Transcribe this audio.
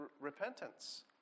repentance